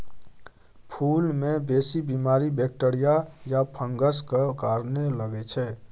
फुल मे बेसी बीमारी बैक्टीरिया या फंगसक कारणेँ लगै छै